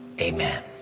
Amen